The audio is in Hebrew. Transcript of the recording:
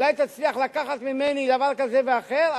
אולי תצליח לקחת ממני דבר כזה ואחר,